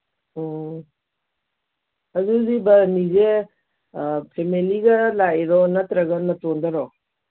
ꯑꯣ ꯑꯗꯨꯗꯤ ꯕꯥꯔꯨꯅꯤꯁꯦ ꯐꯦꯃꯤꯂꯤꯒ ꯂꯥꯛꯏꯔꯣ ꯅꯠꯇ꯭ꯔꯒ ꯅꯇꯣꯝꯇꯔꯣ